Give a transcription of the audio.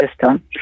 system